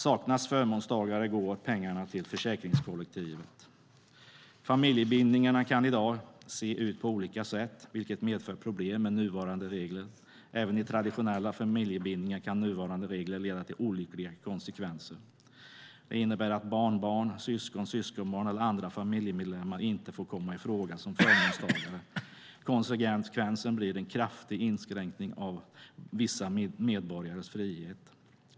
Saknas förmånstagare går pengarna till försäkringskollektivet. Familjebildningarna kan i dag se ut på många olika sätt, vilket medför problem med nuvarande regler. Även i traditionella familjebildningar kan nuvarande regler leda till olyckliga konsekvenser. Det innebär att barnbarn, syskon, syskonbarn eller andra familjemedlemmar inte får komma i fråga som förmånstagare. Konsekvensen blir en kraftig inskränkning av vissa medborgares frihet.